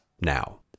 now